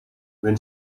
when